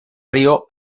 río